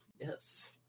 Yes